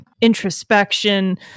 introspection